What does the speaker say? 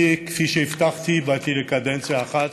אני, כפי שהבטחתי, באתי לקדנציה אחת,